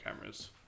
cameras